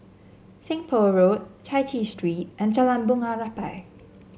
Seng Poh Road Chai Chee Street and Jalan Bunga Rampai